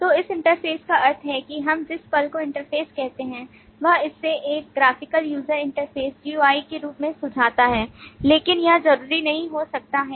तो इस इंटरफ़ेस का अर्थ है कि हम जिस पल को इंटरफ़ेस कहते हैं वह इसे एक graphical user interface GUI के रूप में सुझाता है लेकिन यह जरूरी नहीं हो सकता है